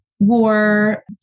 War